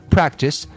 Practice